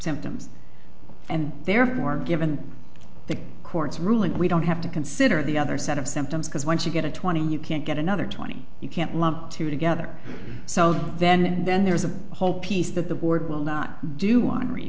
symptoms and therefore given the court's ruling we don't have to consider the other set of symptoms because once you get a twenty you can't get another twenty you can't lump two together then and then there's a whole piece that the board will not do